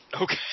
Okay